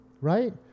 Right